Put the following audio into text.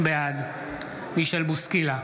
בעד מישל בוסקילה,